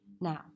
Now